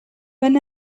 when